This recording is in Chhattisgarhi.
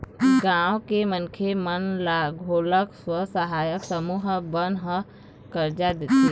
गाँव के मनखे मन ल घलोक स्व सहायता समूह मन ह करजा देथे